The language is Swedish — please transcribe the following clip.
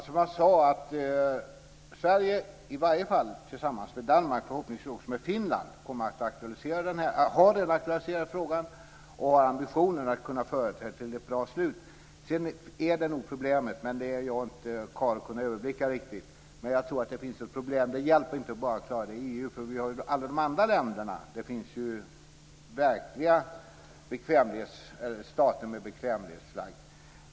Fru talman! Sverige, tillsammans med Danmark och förhoppningsvis också med Finland kommer att aktualisera den här frågan. Ambitionen är att kunna föra den till ett bra slut. Jag är inte karl att kunna överblicka det riktigt, men jag tror att det finns ett problem här. Det hjälper inte att man klarar detta i EU. Det finns ju andra länder som har bekvämlighetsflagg.